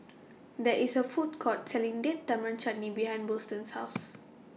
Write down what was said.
There IS A Food Court Selling Date Tamarind Chutney behind Boston's House